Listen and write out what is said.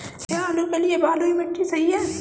क्या आलू के लिए बलुई मिट्टी सही है?